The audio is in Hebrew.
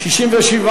לא נתקבלה.